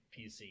pc